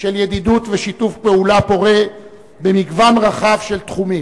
של ידידות ושיתוף פעולה פורה במגוון רחב של תחומים,